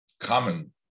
common